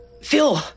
phil